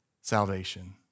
salvation